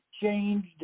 changed